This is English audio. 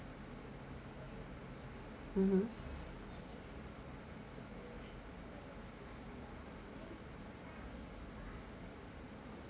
mmhmm